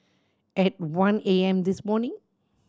at one A M this morning